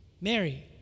Mary